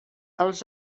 els